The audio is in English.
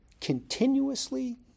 continuously